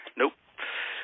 nope